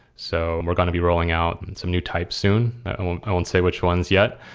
so we're going to be rolling out some new types soon. i won't i won't say which ones yet,